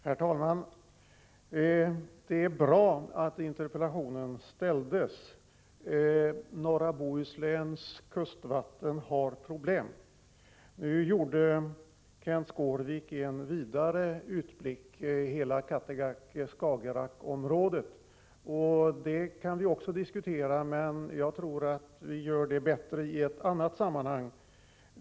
Herr talman! Det är bra att interpellationen har ställts. Norra Bohusläns kustvatten har problem. Nu gjorde Kenth Skårvik en vidare utblick mot hela Kattegatt-Skagerrakområdet. Vi kan diskutera också detta, men jag tror att vi gör det bättre i ett annat sammanhang.